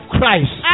Christ